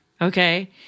Okay